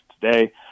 today